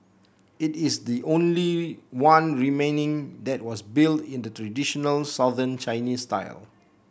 it is the only one remaining that was built in the traditional Southern Chinese style